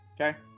okay